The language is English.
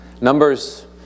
Numbers